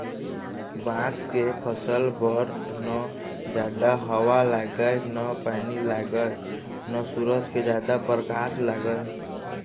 बांस के फसल बर न जादा हवा लागय न पानी लागय न सूरज के जादा परकास लागय